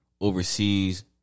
overseas